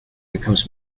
becomes